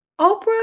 oprah